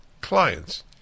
clients